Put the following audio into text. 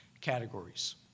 categories